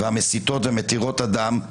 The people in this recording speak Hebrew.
המסיתות ומתירות הדם.